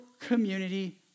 community